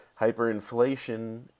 hyperinflation